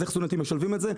אז איך סטודנטים משלבים את זה?